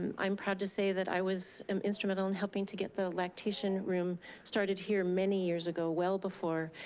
um i'm proud to say that i was um instrumental in helping to get the lactation room started here many years ago, well before